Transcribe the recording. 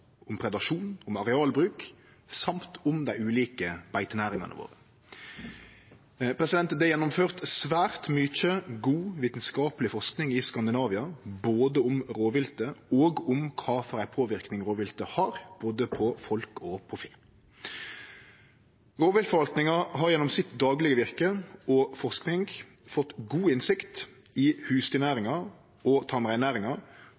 om predasjon og arealbruk og om dei ulike beitenæringane våre. Det er gjennomført svært mykje god vitskapeleg forsking i Skandinavia, både om rovviltet og om kva for påverknad rovviltet har på både folk og fe. Rovviltforvaltninga har gjennom sitt daglege virke og forsking fått god innsikt i